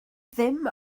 ddim